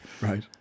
Right